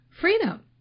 freedom